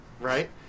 right